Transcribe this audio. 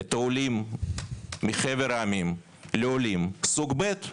את העולים מחבר העמים לעולים סוג ב'.